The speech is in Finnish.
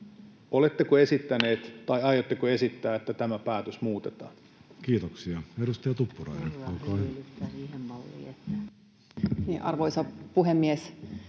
koputtaa] tai aiotteko esittää, että tämä päätös muutetaan? Kiitoksia. — Edustaja Tuppurainen, olkaa hyvä. Arvoisa puhemies!